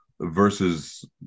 versus